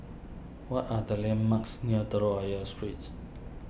what are the landmarks near Telok Ayer Streets